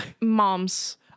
moms